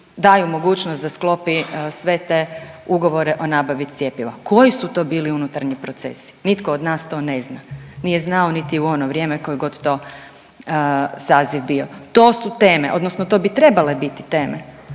daju mogućnost da sklopi sve te ugovore o nabavi cjepiva. Koji su to bili unutarnji procesi, nitko od nas to ne zna. Nije znao niti u ono vrijeme koji god to saziv bio. To su teme, odnosno to bi trebale biti teme.